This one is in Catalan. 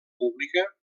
pública